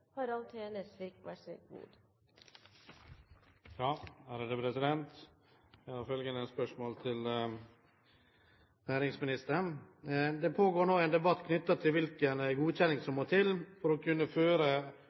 Harald T. Nesvik til fiskeri- og kystministeren, vil bli besvart av næringsministeren som rette vedkommende. Jeg har følgende spørsmål til næringsministeren: «Det pågår nå en debatt knyttet til hvilken godkjenning som